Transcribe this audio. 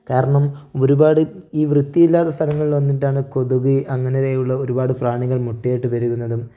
കാരണം ഒരുപാട് ഈ വൃത്തിയില്ലാത്ത സ്ഥലങ്ങളിൽ വന്നിട്ടാണ് ഈ കൊതുക് അങ്ങനെയുള്ള ഒരുപാട് പ്രാണികൾ മുട്ടയിട്ട് പെരുകുന്നതും